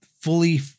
fully